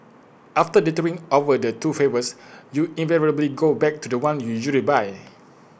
after dithering over the two flavours you invariably go back to The One you usually buy